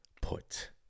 put